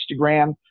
Instagram